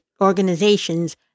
organizations